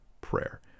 prayer